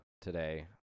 today